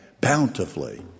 bountifully